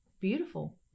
beautiful